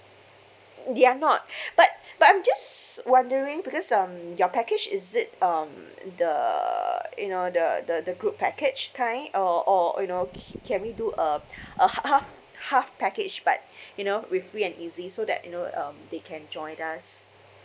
they are not but but I'm just wondering because um your package is it um the you know the the the group package kind or or you know ca~ can we do a a half half package but you know with free and easy so that you know um they can join us